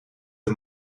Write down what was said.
een